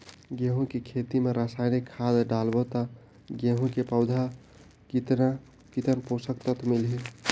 गंहू के खेती मां रसायनिक खाद डालबो ता गंहू के पौधा ला कितन पोषक तत्व मिलही?